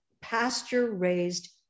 pasture-raised